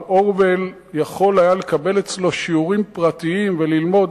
אורוול היה יכול לקבל אצלו שיעורים פרטיים וללמוד